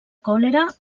còlera